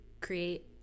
create